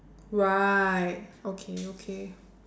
right okay okay